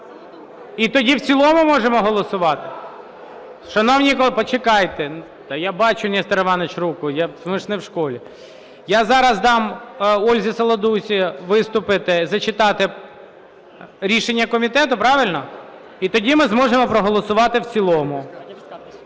І тоді в цілому можемо голосувати? Шановні колеги… Почекайте! Та я бачу, Нестор Іванович, руку, ми ж не в школі. Я зараз дам Ользі Саладусі виступити, зачитати рішення комітету, правильно? І тоді ми зможемо проголосувати в цілому.